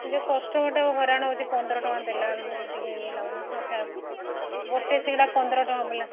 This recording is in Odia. ଯେଉଁ କଷ୍ଟମରଟାକୁ ହଇରାଣ ହେଉଛି ପନ୍ଦର ଟଙ୍କା ଦେଲା ବେଳକୁ ଟିକେ ଇଏ ଲାଗୁନଥିବ ଖାଇବାକୁ ଗୋଟେ ଶିଙ୍ଗଡ଼ା ପନ୍ଦର ଟଙ୍କା ବୋଲେ